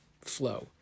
flow